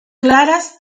claras